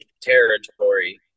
territory